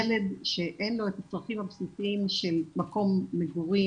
ילד שאין לו את הצרכים הבסיסיים של מקום מגורים,